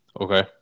Okay